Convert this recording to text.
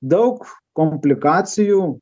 daug komplikacijų